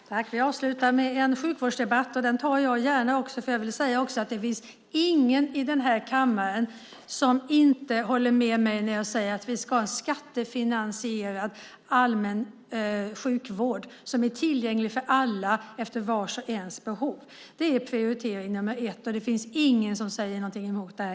Herr talman! Vi avslutar med en sjukvårdsdebatt, och den tar jag gärna. Jag vill säga att det inte finns någon i den här kammaren som inte håller med mig när jag säger att vi ska ha skattefinansierad, allmän sjukvård som är tillgänglig för alla efter vars och ens behov. Det är prioritering nummer ett, och det finns ingen i denna kammare som säger emot det.